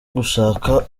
gushaka